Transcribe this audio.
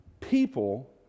people